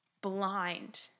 blind